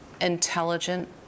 intelligent